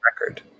record